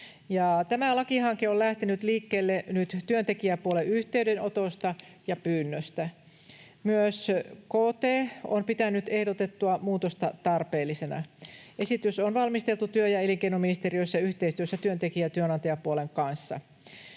Tämä lakihanke on lähtenyt liikkeelle nyt työntekijäpuolen yhteydenotosta ja pyynnöstä. Myös KT on pitänyt ehdotettua muutosta tarpeellisena. Esitys on valmisteltu työ- ja elinkeinoministeriössä yhteistyössä työntekijä- ja työnantajapuolen kanssa.